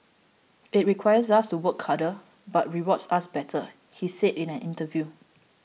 it requires us to work harder but rewards us better he said in an interview